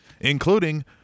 including